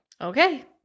okay